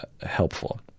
helpful